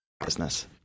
business